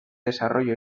desarrollo